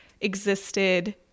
existed –